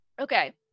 okay